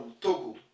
Togo